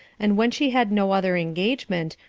and when she had no other engagement,